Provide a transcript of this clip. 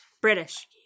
British